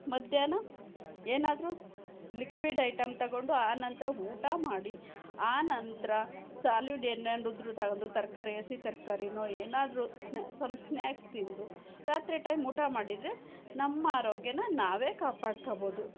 ಮಧ್ಯಾಹ್ನ ಏನಾದ್ರೂ liquid item ತಗೊಂಡು ಆನಂತರ ಊಟ ಮಾಡಿ ಆನಂತರ ಸಾಲಿಡ್ ಏನಾದ್ರೂ ತರಕಾರಿ ಹಸಿ ತರಕಾರಿನೋ ಏನಾದ್ರೂ ಸಮ್ ಸ್ನ್ಯಾಕ್ಸ್ ತಿಂದು ರಾತ್ರಿ ಟೈಮ್ ಊಟ ಮಾಡಿದರೆ ನಮ್ಮ ಆರೋಗ್ಯನ ನಾವೇ ಕಾಪಾಡ್ಕೊಳ್ಬೋದು